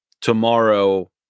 tomorrow